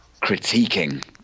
critiquing